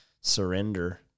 surrender